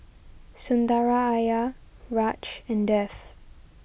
Sundaraiah Raj and Dev